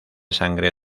sangre